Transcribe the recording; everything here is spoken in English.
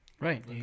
Right